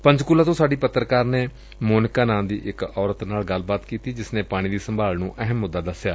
ਪੰਚਕੁਲਾ ਤੋਂ ਸਾਡੀ ਪੱਤਰਕਾਰ ਨੇ ਮੋਨਿਕਾ ਨਾਂ ਦੀ ਇਕ ਔਰਤ ਨਾਲ ਗੱਲਬਾਤ ਕੀਤੀ ਜਿਸ ਨੇ ਪਾਣੀ ਦੀ ਸਾਂਭ ਸੰਭਾਲ ਨੂੰ ਅਹਿਮ ਮੁੱਦਾ ਦਸਿਆ